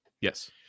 Yes